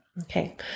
Okay